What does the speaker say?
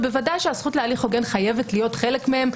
ובוודאי שהזכות להליך הוגן חייבת להיות חלק מהם,